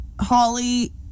Holly